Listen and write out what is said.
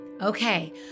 Okay